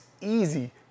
easy